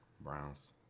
Browns